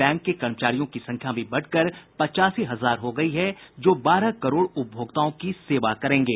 bank के कर्मचारियों की संख्या भी बढ़कर पचासी हजार हो गई है जो बारह करोड़ उपभोक्ताओं की सेवा करेंगे